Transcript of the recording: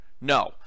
No